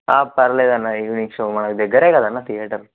పర్లేదు అన్న evening show మనకు దగ్గర కదా అన్న థియేటరు